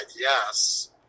yes